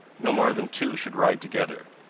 no more than two should ride together.